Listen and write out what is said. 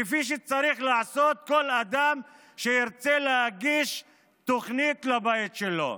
כפי שצריך לעשות כל אדם שירצה להגיש תוכנית לבית שלו.